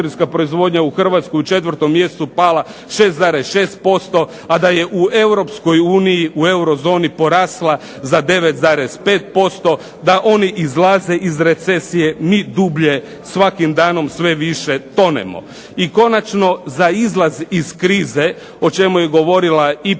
u Hrvatskoj u 4. mjesecu pala 6,6%, a da je u Europskoj uniji u eurozoni porasla za 9,5% da oni izlaze iz recesije, mi dublje svakim danom sve više tonemo. I konačno, za izlaz iz krize o čemu je govorila i premijerka,